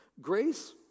Grace